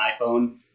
iPhone